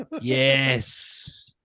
Yes